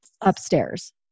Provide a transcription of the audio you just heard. upstairs